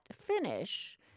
finish